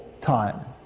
time